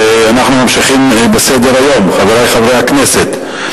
אנחנו ממשיכים בסדר-היום, חברי חברי הכנסת.